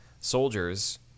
soldiers